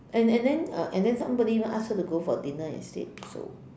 and and then uh and then somebody even asked her to go for dinner instead so